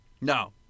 No